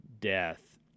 death